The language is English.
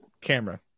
camera